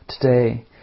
today